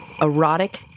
Erotic